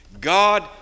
God